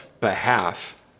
behalf